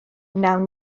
wnawn